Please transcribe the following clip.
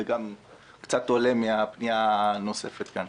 וזה גם קצת עולה מן הפניות הנוספות כאן.